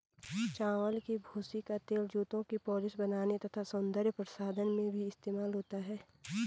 चावल की भूसी का तेल जूतों की पॉलिश बनाने तथा सौंदर्य प्रसाधन में भी इस्तेमाल होता है